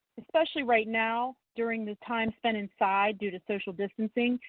especially right now during this time spent inside due to social distancing,